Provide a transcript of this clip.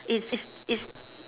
it's it's it's